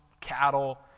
cattle